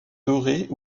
dorés